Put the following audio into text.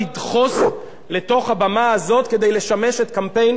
קמפיין הבחירות הכושל של מפלגות האופוזיציה?